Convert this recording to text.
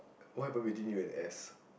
what happen between you and S